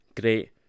great